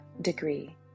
degree